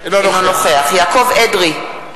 אינו נוכח יעקב אדרי,